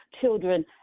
children